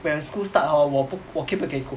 when school start hor 我不我 keep 不 take it